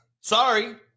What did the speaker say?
Sorry